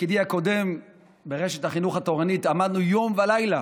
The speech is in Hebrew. בתפקידי הקודם ברשת החינוך התורנית עמדנו יום ולילה,